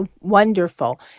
wonderful